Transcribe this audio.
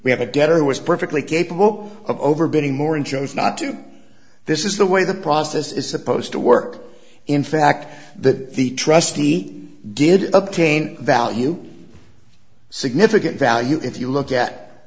we have a debtor was perfectly capable of overbidding more and chose not to this is the way the process is supposed to work in fact that the trustee did obtain value significant value if you look at